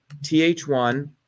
Th1